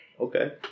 Okay